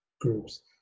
groups